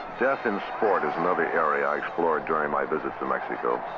death in sport is another area i explored during my visit to mexico.